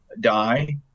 die